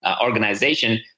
organization